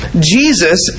Jesus